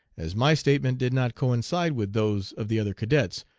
as my statement did not coincide with those of the other cadets,